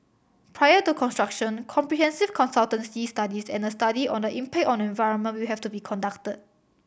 prior to construction comprehensive consultancy studies and a study on the impact on environment will have to be conducted